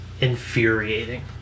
infuriating